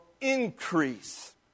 increase